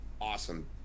Awesome